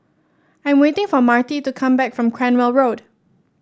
I am waiting for Marti to come back from Cranwell Road